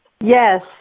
Yes